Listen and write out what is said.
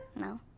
No